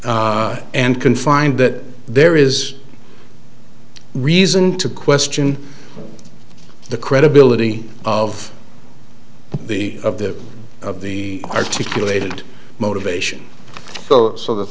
and can find that there is reason to question the credibility of the of the of the articulated motivation of the